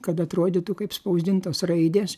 kad atrodytų kaip spausdintos raidės